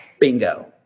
bingo